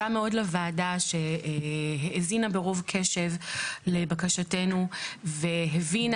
לוועדה שהאזינה ברוב קשב לבקשתנו והבינה